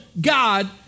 God